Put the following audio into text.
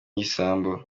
ibisambo